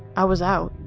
i was out.